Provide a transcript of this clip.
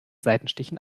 seitenstichen